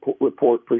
report